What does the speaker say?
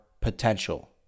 potential